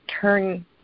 turn